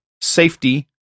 safety